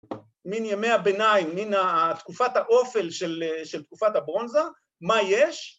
‫מין ימי הביניים, מין תקופת האופל ‫של תקופת הברונזה, מה יש?